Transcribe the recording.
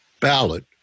ballot